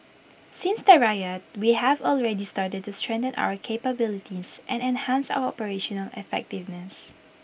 since the riot we have already started to strengthen our capabilities and enhance our operational effectiveness